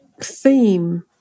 theme